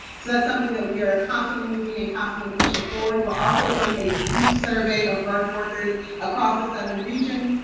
so that's something that we are constantly moving and constantly pushing forward. we're also doing a deep survey of birth workers across the southern region.